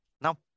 Now